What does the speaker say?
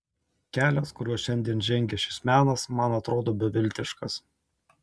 kelias kuriuo šiandien žengia šis menas man atrodo beviltiškas